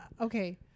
okay